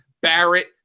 Barrett